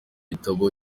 gitabo